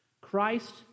Christ